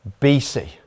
bc